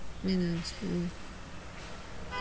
mm mm